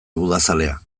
udazalea